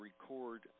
record